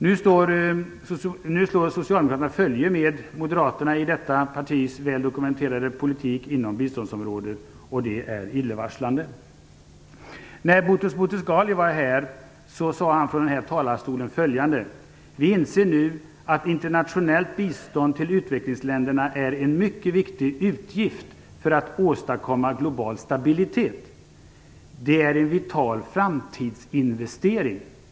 Nu slår Socialdemokraterna följe med Moderaterna i detta partis väl dokumenterade politik inom biståndsområdet, och det är illavarslande. När Boutros Boutros-Ghali var här i kammaren sade han följande från denna talarstol: "Vi inser nu att internationellt bistånd till utvecklingsländerna är en mycket viktig utgift för att åstadkomma global stabilitet. Det är en vital framtidsinvestering.